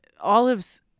Olive's